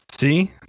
See